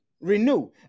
Renew